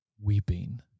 weeping